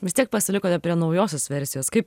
vis tiek pasilikote prie naujosios versijos kaip